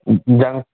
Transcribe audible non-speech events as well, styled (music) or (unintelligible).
(unintelligible)